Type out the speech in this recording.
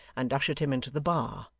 and ushered him into the bar,